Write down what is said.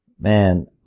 Man